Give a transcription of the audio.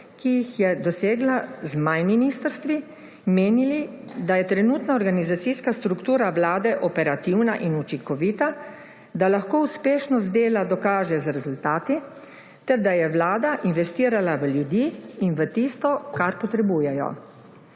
ki jih je dosegla z manj ministrstvi in menili, da je trenutna organizacijska struktura vlade operativna in učinkovita, da lahko uspešno z dela dokaže z rezultati ter da je vlada investirala v ljudi in v tisto, kar potrebujejo.